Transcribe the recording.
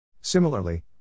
Similarly